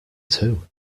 two